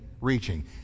reaching